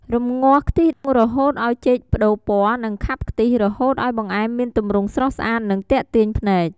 រំងាស់ខ្ទិះរហូតឱ្យចេកប្ដូរពណ៌ និងខាប់ខ្ទិះ រហូតឱ្យបង្អែមមានទម្រង់ស្រស់ស្អាត និងទាក់ទាញភ្នែក។